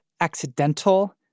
accidental